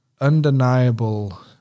undeniable